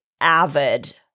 avid